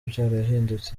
byarahindutse